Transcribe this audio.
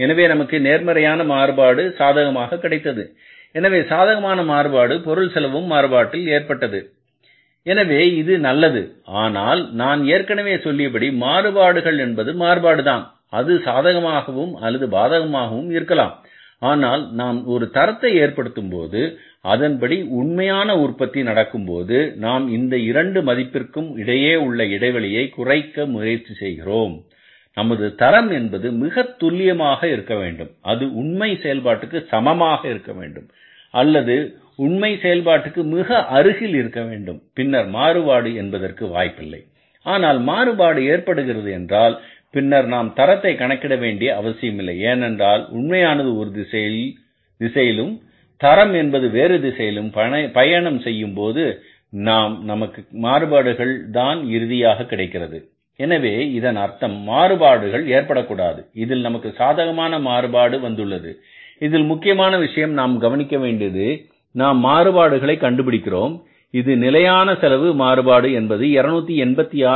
எனவே நமக்கு நேர்மறையான மாறுபாடு சாதகமாக கிடைத்தது எனவே சாதகமான மாறுபாடு பொருள் செலவும் மாறுபாட்டில் ஏற்பட்டது எனவே இது நல்லது ஆனால் நான் ஏற்கனவே சொல்லியபடி மாறுபாடுகள் என்பது மாறுபாடு தான் அது சாதகமாகவும் அல்லது பாதகமாகவும் இருக்கலாம் ஆனால் நாம் ஒரு தரத்தை ஏற்படுத்தும்போது அதன்படி உண்மையான உற்பத்தி நடக்கும்போது நாம் இந்த இரண்டு மதிப்பிற்கும் இடையே உள்ள இடைவெளியை குறைக்க முயற்சிக்கிறோம் நமது தரம் என்பது மிகத்துல்லியமாக இருக்க வேண்டும் அது உண்மை செயல்பாட்டுக்கு சமமாக இருக்க வேண்டும் அல்லது உண்மையை செயல்பாட்டுக்கு மிக அருகில் இருக்க வேண்டும் பின்னர் மாறுபாடு என்பதற்கு வாய்ப்பில்லை ஆனால் மாறுபாடு ஏற்படுகிறது என்றால் பின்னர் நாம் தரத்தை கணக்கிட வேண்டிய அவசியமில்லை ஏனென்றால் உண்மையானது ஒரு திசையிலும் தரம் என்பது வேறு திசையிலும் பயணம் செய்யும்போது நாம் நமக்கு மாறுபாடுகள் தான் இறுதி ஆகிறது எனவே இதன் அர்த்தம் மாறுபாடுகள் ஏற்படக்கூடாது இதில் நமக்கு சாதகமான மாறுபாடு வந்துள்ளது இதில் முக்கியமான விஷயம் நாம் கவனிக்க வேண்டியது நாம் மாறுபாடுகளை கண்டுபிடிக்கிறோம் இந்த நிலையான செலவு மாறுபாடு என்பது 286